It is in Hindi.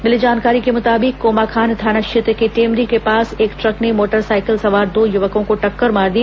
मिली जानकारी के मुताबिक कोमाखान थाना क्षेत्र के टेमरी के पास एक ट्रक ने मोटरसाइकिल सवार दो युवकों को टक्कर मार दी